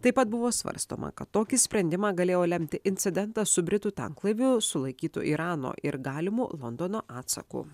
taip pat buvo svarstoma kad tokį sprendimą galėjo lemti incidentas su britų tanklaiviu sulaikytu irano ir galimu londono atsaku